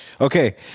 Okay